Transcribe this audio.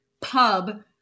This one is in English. pub